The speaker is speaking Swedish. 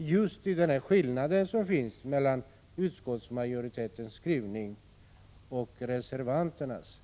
just i den skillnad som finns mellan utskottsmajoritetens skrivning och reservanternas.